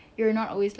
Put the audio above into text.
you're not always like